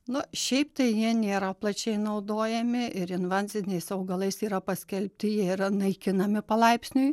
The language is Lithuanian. nu šiaip tai jie nėra plačiai naudojami ir invaziniais augalais yra paskelbti jie yra naikinami palaipsniui